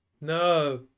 No